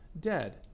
dead